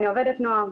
אני עובדת נוער,